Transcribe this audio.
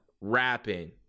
rapping